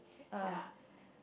ya